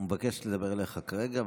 הוא מבקש לדבר אליך כרגע,